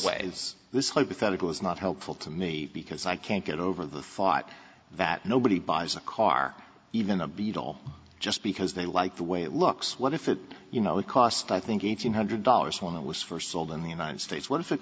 ways this hypothetical is not helpful to me because i can't get over the thought that nobody buys a car even a beetle just because they like the way it looks what if it you know it cost i think eight hundred dollars when it was first sold in the united states what if it